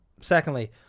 Secondly